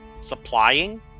Supplying